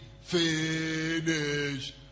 Finish